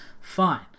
Fine